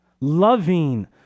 loving